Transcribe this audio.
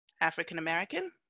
African-American